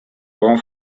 brun